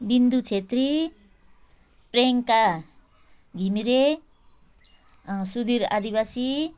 बिन्दु छेत्री प्रियङ्का घिमिरे सुधिर आदिवासी